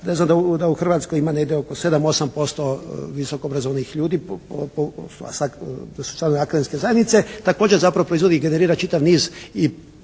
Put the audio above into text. činjenica da u Hrvatskoj ima negdje oko 7-8% visoko obrazovnih ljudi, to su članovi akademske zajednice, također zapravo proizvodi i generira čitav niz i